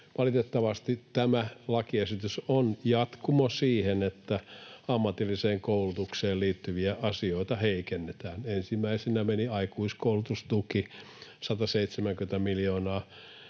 Valitettavasti tämä lakiesitys on jatkumoa sille, että ammatilliseen koulutukseen liittyviä asioita heikennetään. Ensimmäisenä meni aikuiskoulutustuki, 170 miljoonaa